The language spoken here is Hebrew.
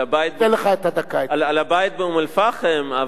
על הבית באום-אל-פחם.